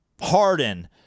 Harden